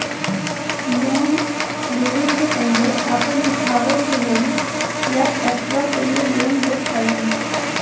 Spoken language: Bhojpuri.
लोन ले वे से पहिले आपन दिखावे के होई कि आप कथुआ के लिए लोन लेत हईन?